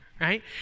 right